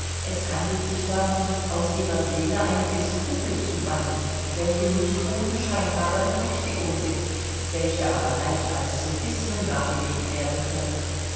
es handelt sich darum aus ihrer seele einige skrupel zu bannen welche nicht ohne scheinbare berechtigung sind welche aber leicht als sophismen dargelegt werden können